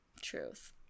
Truth